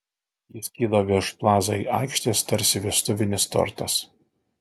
jis kyla virš plaza aikštės tarsi vestuvinis tortas